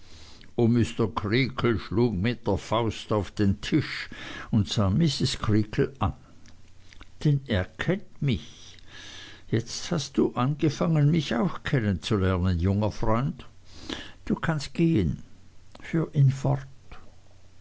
mr creakle schlug mit der faust auf den tisch und sah mrs creakle an denn er kennt mich jetzt hast du angefangen mich auch kennen zu lernen junger freund du kannst gehen führ ihn fort